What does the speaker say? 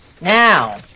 Now